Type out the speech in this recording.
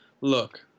Look